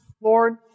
Lord